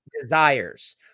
desires